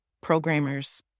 programmers